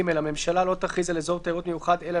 (ג)הממשלה לא תכריז על אזור תיירות מיוחד אלא